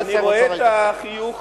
אני רואה את החיוך